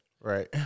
Right